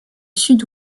sud